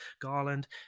Garland